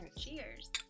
Cheers